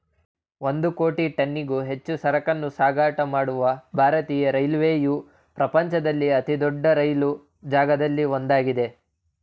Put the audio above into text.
ಒಂದು ಕೋಟಿ ಟನ್ನಿಗೂ ಹೆಚ್ಚು ಸರಕನ್ನೂ ಸಾಗಾಟ ಮಾಡುವ ಭಾರತೀಯ ರೈಲ್ವೆಯು ಪ್ರಪಂಚದಲ್ಲಿ ಅತಿದೊಡ್ಡ ರೈಲು ಜಾಲಗಳಲ್ಲಿ ಒಂದಾಗಿದೆ